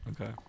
okay